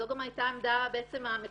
זו גם היתה העמדה המקורית,